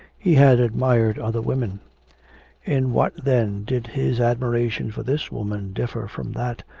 he had admired other women in what then did his admiration for this woman differ from that,